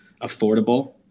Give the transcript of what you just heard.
affordable